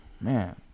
man